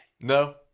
No